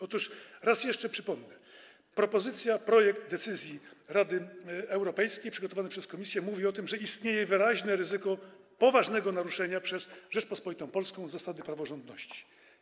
Otóż raz jeszcze przypomnę: projekt decyzji Rady Europejskiej przygotowany przez Komisję mówi o tym, że istnieje wyraźne ryzyko poważnego naruszenia przez Rzeczpospolitą Polską zasady praworządności.